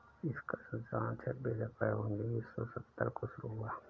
इसका संचालन छब्बीस अप्रैल उन्नीस सौ सत्तर को शुरू हुआ